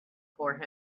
for